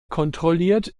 kontrolliert